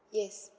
yes